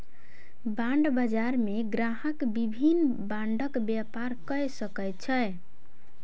bond बजार मे ग्राहक विभिन्न बांडक व्यापार कय सकै छै